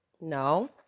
No